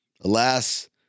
Alas